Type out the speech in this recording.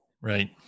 Right